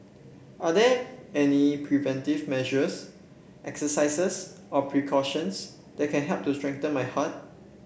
are there any preventive measures exercises or precautions that can help to strengthen my heart